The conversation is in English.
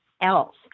else